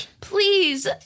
Please